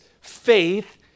faith